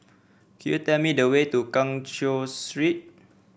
could you tell me the way to Keng Cheow Street